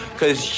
cause